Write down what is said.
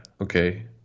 Okay